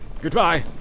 Goodbye